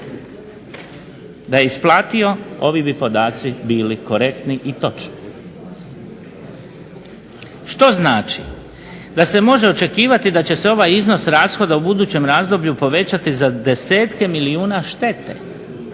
Da je isplatio ovi bi podaci bili korektni i točni. Što znači da se može očekivati da će se ovaj iznos rashoda u budućem razdoblju povećati za desetke milijuna štete,